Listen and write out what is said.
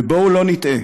ובואו לא נטעה,